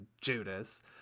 Judas